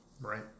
right